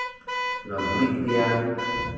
ᱱᱚᱣᱟ ᱜᱩᱨᱤᱡᱽ ᱨᱮᱭᱟᱜ